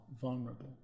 vulnerable